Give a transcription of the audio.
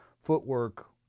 footwork